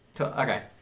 Okay